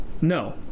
no